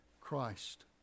Christ